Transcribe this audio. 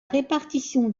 répartition